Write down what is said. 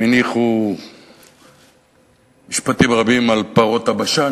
והם הניחו משפטים רבים על פרות הבשן,